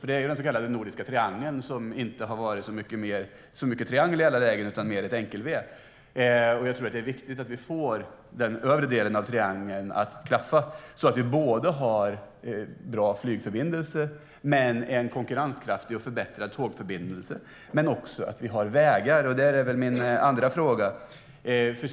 Det handlar om den så kallade nordiska triangeln, som inte har varit så mycket triangel i alla lägen utan mer av ett enkel-v, och jag tror att det är viktigt att vi får den övre delen av triangeln att klaffa så att vi har såväl bra flygförbindelser som en konkurrenskraftig och förbättrad tågförbindelse och även vägar. Min andra fråga handlar om vägarna.